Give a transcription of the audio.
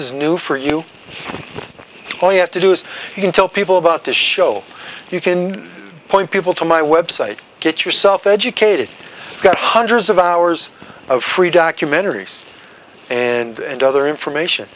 is new for you all you have to do is you can tell people about this show you can point people to my website get yourself educated got hundreds of hours of free documentaries and other information